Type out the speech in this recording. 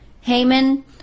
Haman